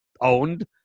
owned